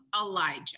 elijah